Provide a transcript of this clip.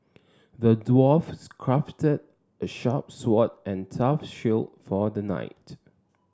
the dwarfs crafted a sharp sword and tough shield for the knight